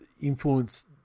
influence